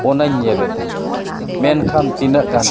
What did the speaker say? ᱚᱱᱟᱧ ᱧᱮᱞᱮᱫᱟ ᱢᱮᱱᱠᱷᱟᱱ ᱛᱤᱱᱟᱹᱜ ᱜᱟᱱ ᱪᱚᱝ